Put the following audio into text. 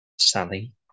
Sally